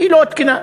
זה לא תקין.